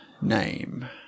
name